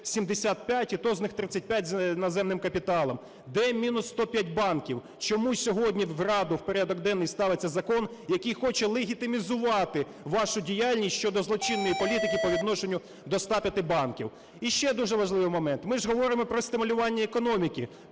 І ще дуже важливий момент. Ми ж говоримо про стимулювання економіки,